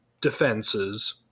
defenses